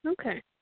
Okay